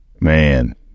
Man